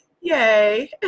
Yay